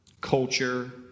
culture